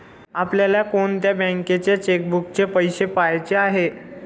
आपल्याला कोणत्या बँकेच्या चेकबुकचे पैसे पहायचे आहे?